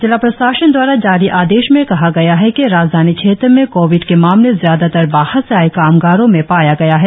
जिला प्रशासन द्वारा जारी आदेश में कहा गया है कि राजधानी क्षेत्र में कोविड के मामले ज्यादातर बाहर से आए कामगारों में पाया गया है